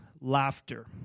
laughter